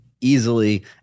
easily